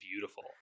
beautiful